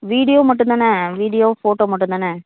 video மட்டும் தானே video photo மட்டும் தானே